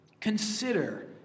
consider